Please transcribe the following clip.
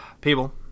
people